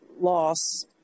loss